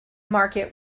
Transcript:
market